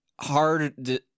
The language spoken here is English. hard